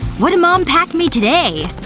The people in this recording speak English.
what'd mom pack me today?